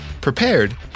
prepared